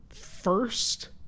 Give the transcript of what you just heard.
first